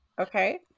Okay